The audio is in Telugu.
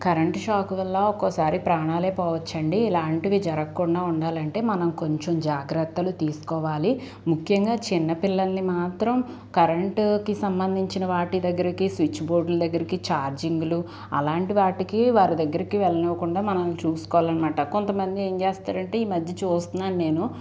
కరెంట్ షాక్ వల్ల ఒక్కోసారి ప్రాణాలే పోవచ్చండి ఇలాంటివి జరగకుండా ఉండాలంటే మనం కొంచెం జాగ్రత్తలు తీసుకోవాలి ముఖ్యంగా చిన్నపిల్లల్ని మాత్రం కరెంటుకి సంబంధించిన వాటి దగ్గరికి స్విచ్ బోర్డుల దగ్గరికి చార్జింగులు అలాంటి వాటికి వారి దగ్గరికి వెళ్ళనివ్వకుండా మనం చూసుకోవాలన మాట కొంతమంది ఏం చేస్తారంటే ఈ మధ్య చూస్తున్నాను నేను